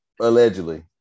Allegedly